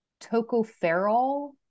tocopherol